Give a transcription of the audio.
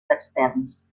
externs